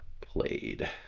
played